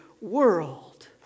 world